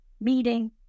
meeting